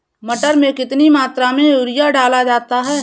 मटर में कितनी मात्रा में यूरिया डाला जाता है?